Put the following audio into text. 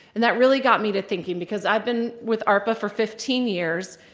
and that really got me to thinking because i've been with artba for fifteen years.